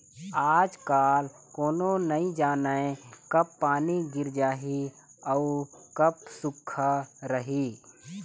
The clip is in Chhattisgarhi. आजकाल कोनो नइ जानय कब पानी गिर जाही अउ कब सुक्खा रही